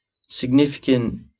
significant